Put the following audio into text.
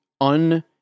un